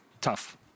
tough